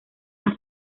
las